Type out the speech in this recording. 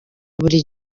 buri